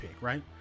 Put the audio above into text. right